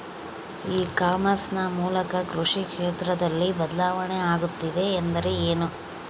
E commerce ನ ಮೂಲಕ ಕೃಷಿ ಕ್ಷೇತ್ರದಲ್ಲಿ ಬದಲಾವಣೆ ಆಗುತ್ತಿದೆ ಎಂದರೆ ಏನು?